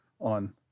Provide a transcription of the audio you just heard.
on